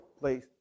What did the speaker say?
Please